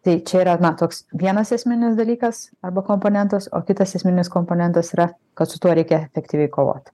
tai čia yra na toks vienas esminis dalykas arba komponentas o kitas esminis komponentas yra kad su tuo reikia efektyviai kovot